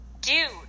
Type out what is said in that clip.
dude